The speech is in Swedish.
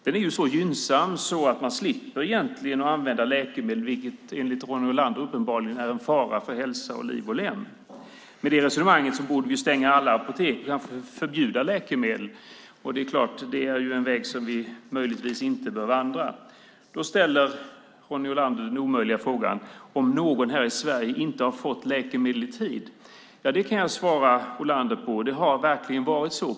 Den är så gynnsam att man egentligen slipper använda läkemedel, som enligt Ronny Olander uppenbarligen är en fara för hälsa och liv och lem. Med det resonemanget borde vi stänga alla apotek och förbjuda läkemedel. Det är en väg som vi möjligtvis inte bör vandra. Ronny Olander ställer den omöjliga frågan om någon här i Sverige inte har fått läkemedel i tid. Det kan jag svara Olander på. Det har verkligen varit så.